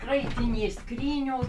kraitinės skrynios